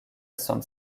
sound